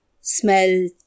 smell